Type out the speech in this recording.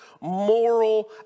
moral